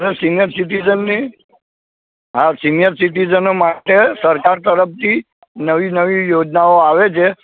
senior સિટીજનની હા senior સિટીજનો માટે સરકાર તરફથી નવી નવી યોજનાઓ આવે છે